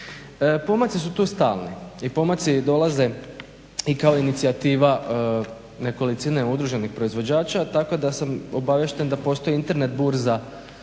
Pomaci su tu stalni i pomaci dolaze i kao inicijativa nekolicine udruženih proizvođača tako da sam obaviješten da postoji Internet burza